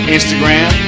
Instagram